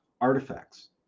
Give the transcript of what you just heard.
artifacts